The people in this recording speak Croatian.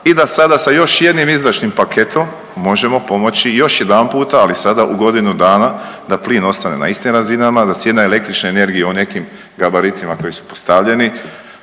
i da sada sa još jednim izdašnim paketom možemo pomoći još jedanputa ali sada u godinu dana da plin ostane na istim razinama, da cijena električne energije u nekim gabaritima koji su postavljeni,